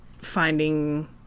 finding